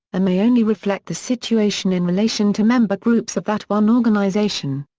may only reflect the situation in relation to member groups of that one organisation.